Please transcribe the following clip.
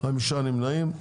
5 נמנעים.